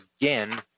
again